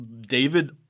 David